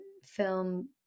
film